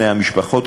נציב קבילות החיילים,